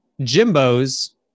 Jimbo's